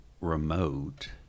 remote